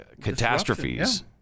catastrophes